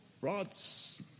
Rods